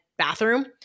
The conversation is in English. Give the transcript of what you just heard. bathroom